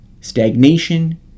Stagnation